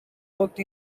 worked